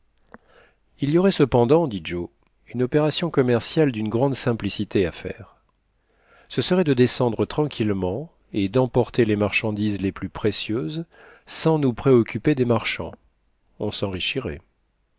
il y aurait cependant dit joe une opération commerciale d'une grande simplicité à faire ce serait de descendre tranquillement et d'emporter les marchandises les plus précieuses sans nous préoccuper des marchands on s'enrichirait